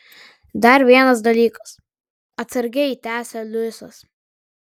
dar vienas dalykas atsargiai tęsia luisas